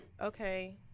okay